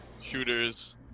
shooters